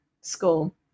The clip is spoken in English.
school